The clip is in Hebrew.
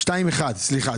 סליחה.